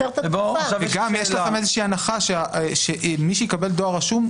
וגם יש לכם הנחה שמי שיקבל דואר רשום,